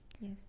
Yes